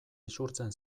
isurtzen